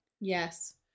Yes